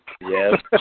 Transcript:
Yes